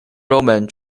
roman